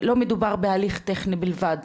לא מדובר בהליך טכני בלבד,